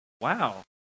wow